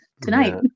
Tonight